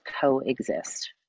coexist